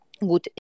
good